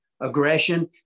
aggression